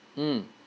mm